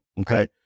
Okay